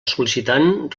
sol·licitant